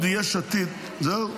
זהו?